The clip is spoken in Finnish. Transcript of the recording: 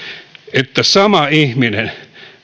että sama ihminen